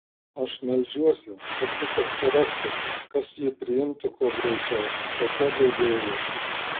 aš meldžiuosi kad tik atsirastų kas jį priimtų kuo greičiau kokia guodėja